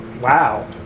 Wow